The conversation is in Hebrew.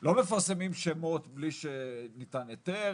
לא מפרסמים שמות בלי שניתן היתר,